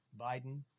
Biden